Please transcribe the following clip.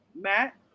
Matt